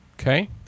Okay